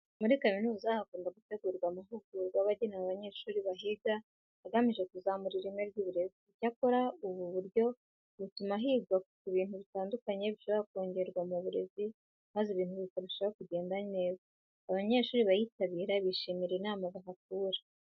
Muri kaminuza hakunda gutegurwa amahugurwa aba agenewe abanyeshuri bahiga agamije kuzamura ireme ry'uburezi. Icyakora, ubu buryo butuma higwa ku bintu bitandukanye bishobora kongerwa mu burezi maze ibintu bikarushaho kugenda neza. Abanyeshuri bayitabira bishimira inama bahakura.